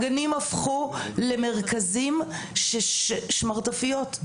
הגנים הפכו למרכזים שמרטפיות.